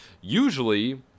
usually –